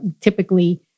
typically